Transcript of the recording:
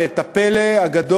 ואת הפלא הגדול,